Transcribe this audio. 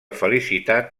felicitat